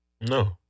No